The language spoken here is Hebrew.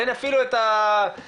אין אפילו את התירוץ,